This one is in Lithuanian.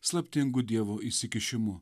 slaptingu dievo įsikišimu